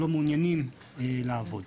שלא מעוניינים לעבוד,